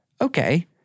Okay